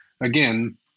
again